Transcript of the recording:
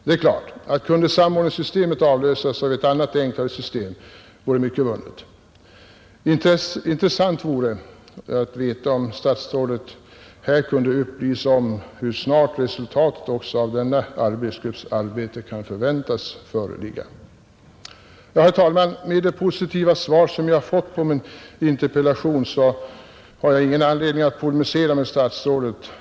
Det är klart att mycket vore vunnet om samordningssystemet kunde avlösas av ett annat och enklare system. Intressant vore om statsrådet kunde meddela hur snart resultatet av denna arbetsgrupps arbete kan väntas föreligga. Herr talman! Med det positiva svar som jag fått på min interpellation har jag ingen anledning att polemisera mot statsrådet.